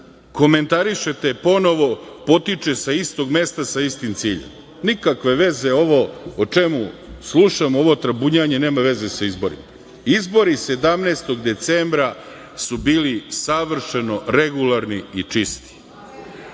komentarišete ponovo potiče sa istog mesta, sa istim ciljem. Nikakve veze ovo o čemu slušamo, ovo trabunjanje, nema veze sa izborima. Izbori 17. decembra su bili savršeno regularni i čisti.